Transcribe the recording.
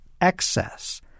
excess